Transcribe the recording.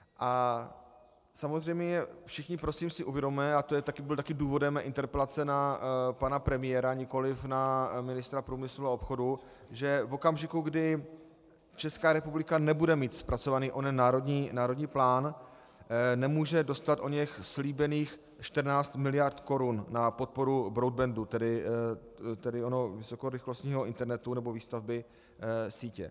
A samozřejmě všichni si prosím uvědomme, a to byl taky důvod mé interpelace na pana premiéra, nikoliv na ministra průmyslu a obchodu, že v okamžiku, kdy Česká republika nebude mít zpracován onen národní plán, nemůže dostat oněch slíbených 14 miliard korun na podporu broadbandu, tedy onoho vysokorychlostního internetu nebo výstavby sítě.